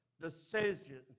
decision